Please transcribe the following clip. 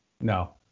No